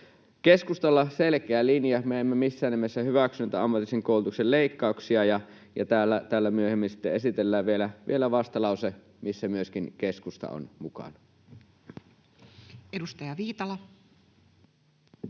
Keskustalla on selkeä linja. Me emme missään nimessä hyväksy näitä ammatillisen koulutuksen leikkauksia, ja täällä myöhemmin sitten esitellään vielä vastalause, missä myöskin keskusta on mukana. Edustaja Viitala.